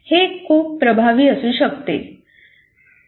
हे खूप प्रभावी असू शकते